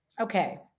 Okay